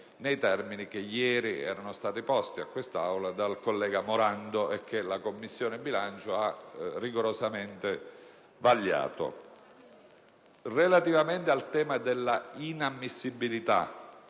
Relativamente al tema della inammissibilità